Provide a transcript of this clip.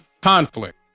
conflict